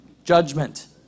Judgment